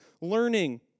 learning